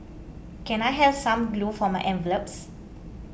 can I have some glue for my envelopes